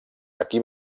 aquí